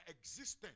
existence